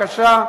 בבקשה.